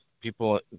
people